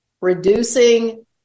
reducing